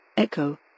Echo